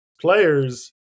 players